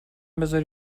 بزاری